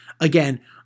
again